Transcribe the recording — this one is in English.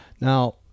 Now